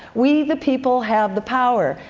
we the people have the power,